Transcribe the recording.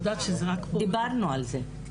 דיברנו על זה.